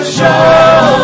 show